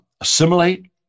assimilate